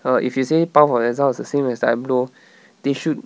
err if you say path of exile the same as diablo they should